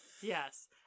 Yes